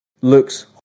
looks